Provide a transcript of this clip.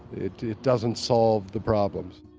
it it doesn't solve the problems.